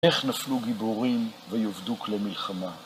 איך נפלו גיבורים ויאבדו כלי מלחמה?